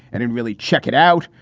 and it really check it out.